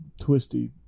twisty